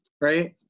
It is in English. right